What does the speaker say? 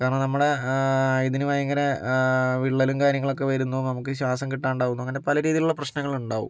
കാരണം നമ്മുടെ ഇതിനു ഭയങ്കര വിള്ളലും കാര്യങ്ങളൊക്കെ വരുന്നു നമുക്ക് ശ്വാസം കിട്ടാണ്ടാവുന്നു അങ്ങനെ പല രീതിയിലുള്ള പ്രശ്നങ്ങളുണ്ടാവും